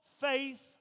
faith